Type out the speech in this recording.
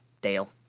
Dale